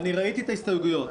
ראיתי את ההסתייגויות,